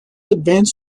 advance